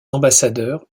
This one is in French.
ambassadeurs